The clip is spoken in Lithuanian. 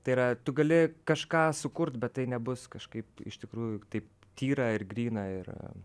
tai yra tu gali kažką sukurt bet tai nebus kažkaip iš tikrųjų taip tyra ir gryna ir